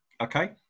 Okay